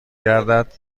گردد